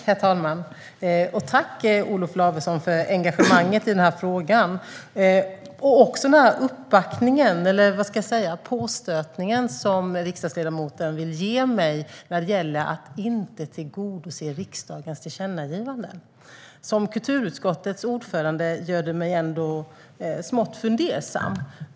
Herr talman! Jag tackar riksdagsledamoten Olof Lavesson för engagemanget i frågan. Han vill också ge mig en påstötning när det gäller att inte tillgodose riksdagens tillkännagivanden. Att kulturutskottets ordförande framför detta gör mig smått fundersam.